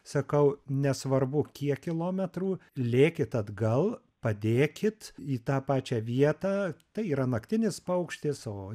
sakau nesvarbu kiek kilometrų lėkit atgal padėkit į tą pačią vietą tai yra naktinis paukštis o